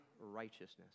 righteousness